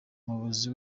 umuyobozi